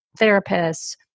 therapists